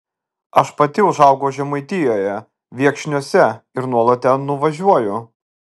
aš pati užaugau žemaitijoje viekšniuose ir nuolat ten nuvažiuoju